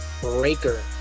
Breaker